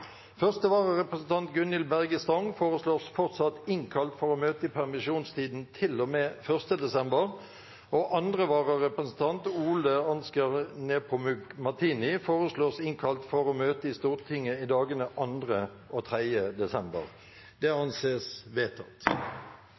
Første vararepresentant, Gunhild Berge Stang, foreslås fortsatt innkalt for å møte i permisjonstiden til og med 1. desember, og andre vararepresentant, Ole-Ansger Nepomuk Martini , foreslås innkalt for å møte i Stortinget i dagene 2. og 3. desember. – Det anses vedtatt.